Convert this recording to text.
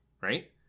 right